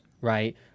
right